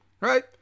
right